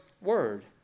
word